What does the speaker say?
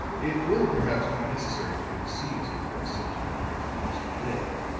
it will, perhaps, be necessary for me to see mr. morris sometime during the course of the day,